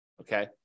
Okay